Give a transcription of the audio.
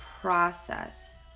process